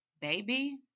baby